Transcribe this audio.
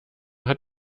hat